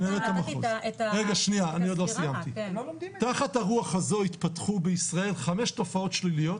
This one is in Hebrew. תחת הרוח הזו התפתחו בישראל 5 תופעות שליליות